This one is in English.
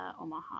Omaha